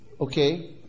okay